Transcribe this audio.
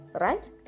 right